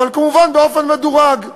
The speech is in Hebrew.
אבל כמובן באופן מדורג.